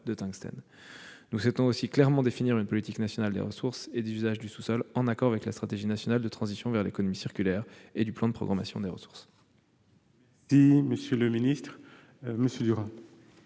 de tungstène. Nous souhaitons aussi définir clairement une politique nationale des ressources et des usages du sous-sol, en accord avec la stratégie nationale de transition vers l'économie circulaire et le plan de programmation des ressources. La parole est à M. Alain Duran,